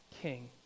king